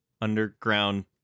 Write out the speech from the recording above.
underground